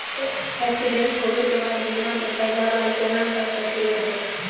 Accident होवे के बाद बीमा के पैदावार केना कर सकली हे?